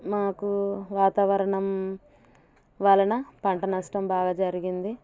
మాకు వాతావరణం వలన పంట నష్టం బాగా జరిగింది